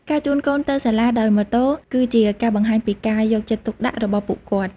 ការជូនកូនទៅសាលាដោយម៉ូតូគឺជាការបង្ហាញពីការយកចិត្តទុកដាក់របស់ពួកគាត់។